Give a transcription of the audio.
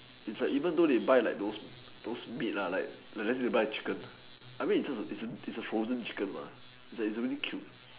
it's like even though they buy like those those meat lah like they buy chicken I mean it's a it's a frozen chicken mah it's like it's already killed